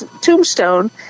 tombstone